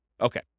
Okay